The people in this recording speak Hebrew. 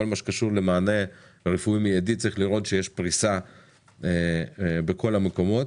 בכל מה שקשור למענה רפואי מיידי צריך לראות שיש פריסה בכל המקומות.